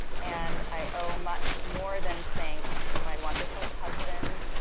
and i owe much more than thanks to my wonderful husband,